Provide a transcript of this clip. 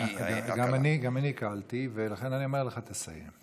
גם אני הקלתי, לכן אני אומר לך לסיים.